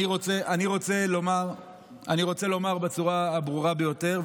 אני רוצה לומר בצורה הברורה ביותר,